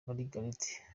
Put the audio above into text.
margaret